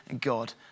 God